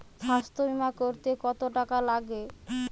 স্বাস্থ্যবীমা করতে কত টাকা লাগে?